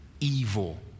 evil